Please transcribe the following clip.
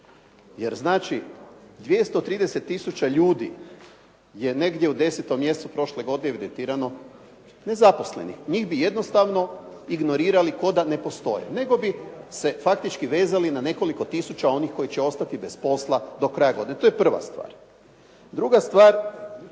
Jer znači, 230 tisuća ljudi je negdje u 10. mjesecu prošle godine evidentirano nezaposleni. Njih bi jednostavno ignorirali kao da ne postoje nego bi se faktički vezali na nekoliko tisuća onih koji će ostati bez posla do kraja godine. To je prva stvar. Druga stvar,